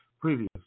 previous